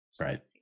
Right